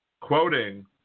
quoting